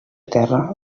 terra